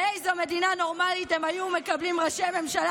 באיזו מדינה נורמלית הם היו מקבלים ראשי ממשלה